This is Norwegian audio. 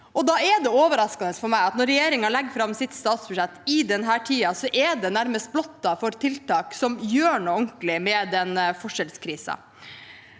Da er det overraskende for meg at når regjeringen legger fram sitt statsbudsjett – i denne tiden – er det nærmest blottet for tiltak som gjør noe ordentlig med den forskjellskrisen.